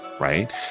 Right